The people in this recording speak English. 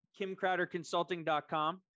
kimcrowderconsulting.com